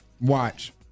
Watch